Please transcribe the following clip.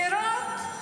פירות?